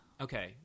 Okay